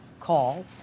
call